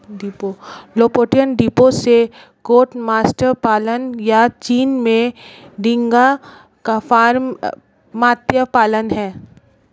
Lofoten द्वीपों से cod मत्स्य पालन, या चीन में झींगा फार्म मत्स्य पालन हैं